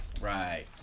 Right